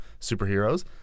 superheroes